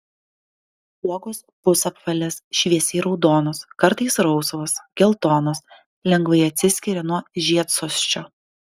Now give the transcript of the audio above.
uogos pusapvalės šviesiai raudonos kartais rausvos geltonos lengvai atsiskiria nuo žiedsosčio